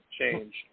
change